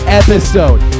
episode